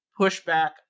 pushback